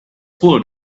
full